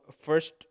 first